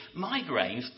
migraines